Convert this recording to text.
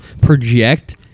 project